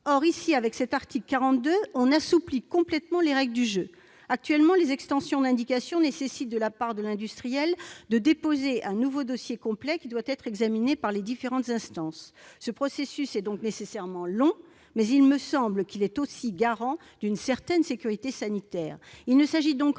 Or l'article 42 assouplit considérablement les règles du jeu. Actuellement, la procédure des extensions d'indication impose à l'industriel de déposer un nouveau dossier complet, qui doit être examiné par les différentes instances. Ce processus est donc nécessairement long, mais il me semble qu'il est aussi garant d'une certaine sécurité sanitaire. Il ne s'agit en